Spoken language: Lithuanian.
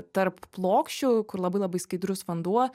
tarp plokščių kur labai labai skaidrus vanduo